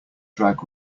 drag